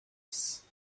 ice